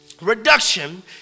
reduction